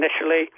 initially